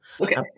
Okay